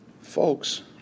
Folks